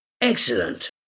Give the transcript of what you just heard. excellent